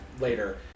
later